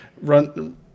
run